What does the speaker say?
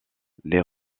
les